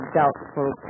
doubtful